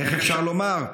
איך אפשר לומר,